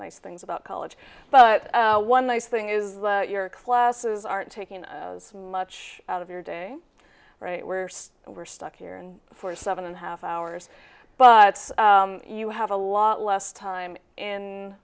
nice things about college but one nice thing is that your classes aren't taking as much out of your day right we're still we're stuck here and for seven and a half hours but you have a lot less time in